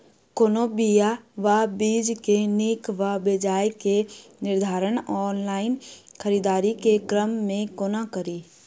कोनों बीया वा बीज केँ नीक वा बेजाय केँ निर्धारण ऑनलाइन खरीददारी केँ क्रम मे कोना कड़ी?